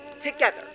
together